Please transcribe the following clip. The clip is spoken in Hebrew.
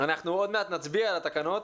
עוד מעט נצביע על התקנות,